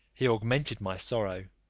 he augmented my sorrow